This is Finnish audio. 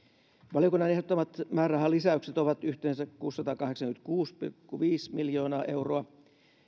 valiokunnan ehdottamat määrärahalisäykset ovat yhteensä kuusisataakahdeksankymmentäkuusi pilkku viisi miljoonaa euroa